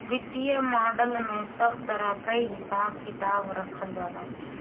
वित्तीय मॉडल में सब तरह कअ हिसाब किताब रखल जाला